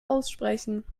aussprechen